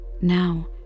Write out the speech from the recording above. Now